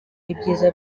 ibyiza